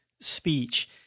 speech